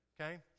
Okay